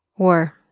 or,